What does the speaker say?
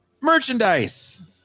Merchandise